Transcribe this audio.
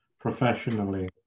professionally